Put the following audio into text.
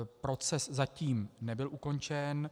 Proces zatím nebyl ukončen.